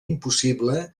impossible